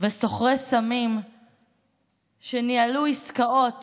וסוחרי סמים שניהלו עסקאות